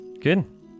Good